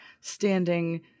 standing